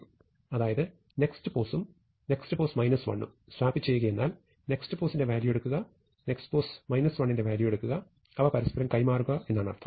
അതായത് nextpos ഉം nextpos 1 ഉം സ്വാപ്പ് ചെയ്യുകയെന്നാൽ nextpos ന്റെ വാല്യൂ എടുക്കുക nextpos 1 ന്റെ വാല്യൂ എടുക്കുക അവ പരസ്പരം കൈമാറുക എന്നാണർത്ഥം